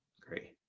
Great